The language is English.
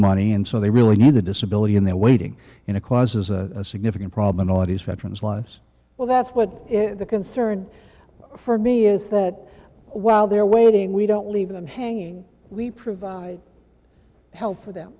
money and so they really need a disability and they're waiting in a cause is a significant problem in all of these veterans lives well that's what the concern for me is that while they're waiting we don't leave them hanging we provide help for them